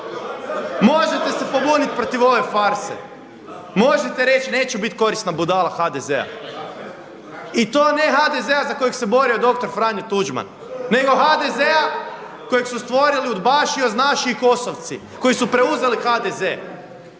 možete se pobuniti protiv ove farse, možete reći neću bit korisna budala HDZ-a. I to ne HDZ-a za kojeg se borio doktor Franjo Tuđman, nego HDZ-a kojeg su stvorili UDBA-ši, OZNA-ši i KOS-ovci koji su preuzeli HDZ,